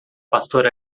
pastor